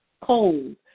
cold